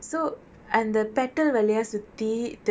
hibiscus view hibiscus shape sorry